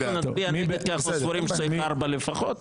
אנחנו נצביע נגד כי אנחנו סבורים שצריכים להיות ארבע שעות לפחות.